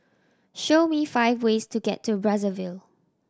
show me five ways to get to Brazzaville